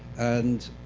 and